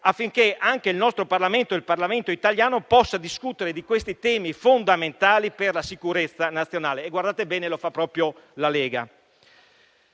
affinché anche il Parlamento italiano possa discutere di questi temi fondamentali per la sicurezza nazionale. E guardate bene, lo fa proprio la Lega.